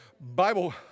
Bible